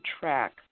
track